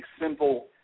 simple